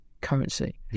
currency